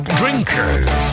drinkers